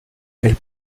elle